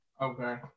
okay